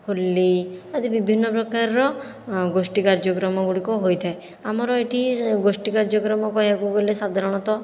ହୋଲି ଆଦି ବିଭିନ୍ନ ପ୍ରକାରର ଗୋଷ୍ଠୀ କାର୍ଯ୍ୟକ୍ରମ ଗୁଡ଼ିକ ହୋଇଥାଏ ଆମର ଏଠି ଗୋଷ୍ଠୀ କାର୍ଯ୍ୟକ୍ରମ କହିବାକୁ ଗଲେ ସାଧାରଣତଃ